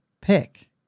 pick